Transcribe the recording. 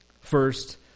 First